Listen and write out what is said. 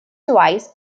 twice